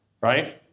Right